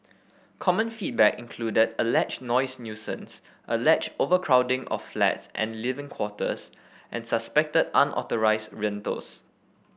common feedback included alleged noise nuisance alleged overcrowding of flats and living quarters and suspected unauthorised rentals